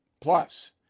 plus